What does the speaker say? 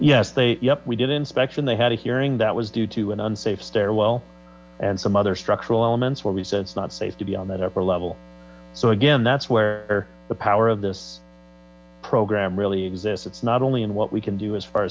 yes yep we did inspection they had a hearing that was due to an unsafe stairwell and some other structural elements where we said it's not safe to be on that upper level so again that's where the power of this program really exists it's not only what we can do as far